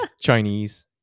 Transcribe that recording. Chinese